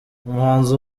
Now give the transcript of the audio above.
umuhanzi